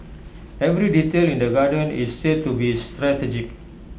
every detail in the garden is said to be strategic